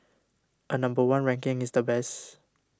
a number one ranking is the best